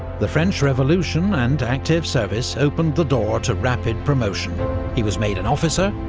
the french revolution and active service opened the door to rapid promotion he was made an officer,